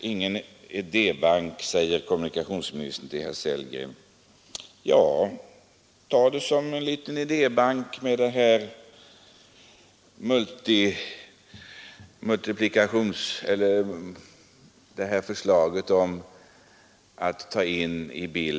inte utgjort någon idébank, säger herr kommunikationsministern till herr Sellgren. Ja, använd exempelvis mitt förslag om en multiplikator som en liten idébank!